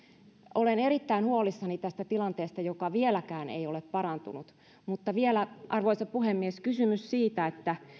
olen erittäin huolissani tästä tilanteesta joka vieläkään ei ole parantunut vielä arvoisa puhemies kysymys